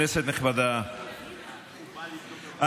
כנסת נכבדה,